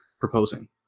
Proposing